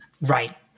Right